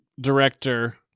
director